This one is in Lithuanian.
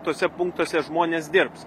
tuose punktuose žmonės dirbs